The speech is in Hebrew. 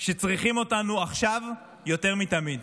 שצריכים אותנו עכשיו יותר מתמיד.